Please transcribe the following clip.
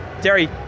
Derry